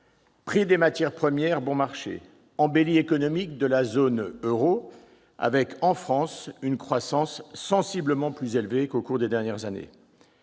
bas, matières premières bon marché, embellie économique de la zone euro, avec, en France, une croissance sensiblement plus élevée qu'au cours des dernières années,